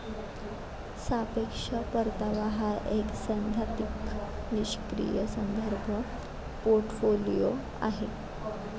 सापेक्ष परतावा हा एक सैद्धांतिक निष्क्रीय संदर्भ पोर्टफोलिओ आहे